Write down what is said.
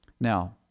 Now